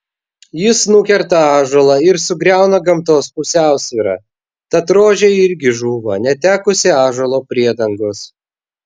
jis nukerta ąžuolą ir sugriauna gamtos pusiausvyrą tad rožė irgi žūva netekusi ąžuolo priedangos